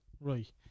Right